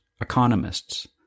economists